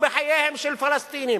לחסוך בחייהם של פלסטינים.